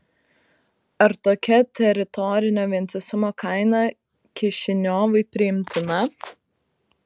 ar tokia teritorinio vientisumo kaina kišiniovui priimtina